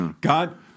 God